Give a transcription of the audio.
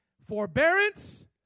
forbearance